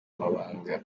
amabanga